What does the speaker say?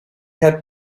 had